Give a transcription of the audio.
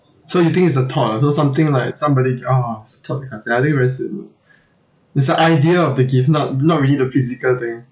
so you think it's a toy so something like somebody ah ya I think very similar is the idea of the gift not not really the physical thing